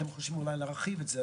אתם חושבים אולי להרחיב את זה,